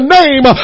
name